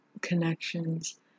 connections